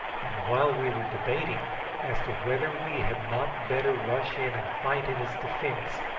and while we were debating as to whether we had not better rush in and fight in his defence,